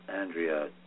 Andrea